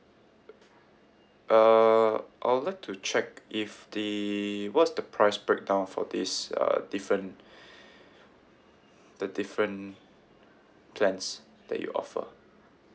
uh I would like to check if the what's the price breakdown for these uh different the different plans that you offer